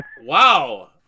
Wow